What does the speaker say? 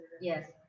Yes